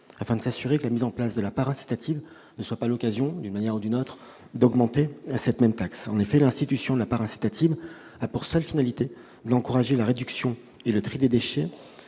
afin de s'assurer que la mise en place de la part incitative ne soit pas l'occasion, d'une manière ou d'une autre, d'augmenter la taxe. En effet, l'instauration de la part incitative a pour seule finalité d'encourager la réduction et le tri des déchets